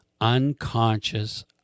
unconscious